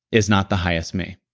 is not the highest me.